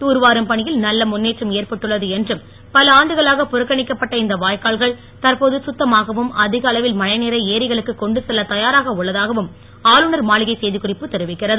தூர்வாரும் பணியில் நல்ல முன்னேற்றம் ஏற்பட்டுள்ளது என்றும் பல ஆண்டுகளாக புறக்கணிக்கப்பட்ட இந்த வாய்க்கால்கள் தற்போது கத்தமாகவும் அதிக அளவில் மழை நீரை ஏரிகளுக்கு கொண்டு செல்லத் தயாராக உள்ளதாகவும் ஆளுநர் மாளிகை செய்திக்குறிப்பு தெரிவிக்கிறது